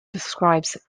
describes